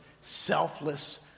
selfless